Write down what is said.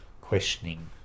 questioning